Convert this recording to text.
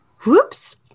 Whoops